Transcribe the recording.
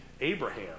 Abraham